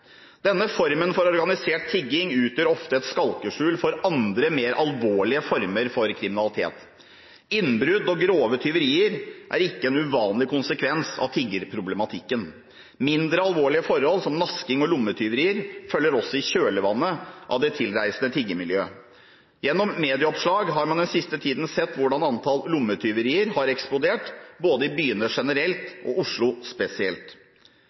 Denne formen for organisert tigging utgjør ofte et skalkeskjul for andre, mer alvorlige former for kriminalitet. Innbrudd og grove tyverier er ikke en uvanlig konsekvens av tiggeproblematikken. Mindre alvorlige forhold, som nasking og lommetyverier, følger også i kjølvannet av det tilreisende tiggermiljøet. Gjennom medieoppslag har man den siste tiden sett hvordan antall lommetyverier har eksplodert både i byene generelt og i Oslo spesielt.